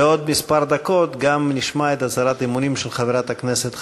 בעוד כמה דקות נשמע את הצהרת האמונים של חברת הכנסת החדשה,